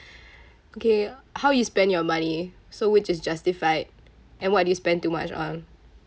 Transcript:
okay how you spend your money so which is justified and what do you spend too much on